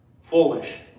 foolish